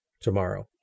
tomorrow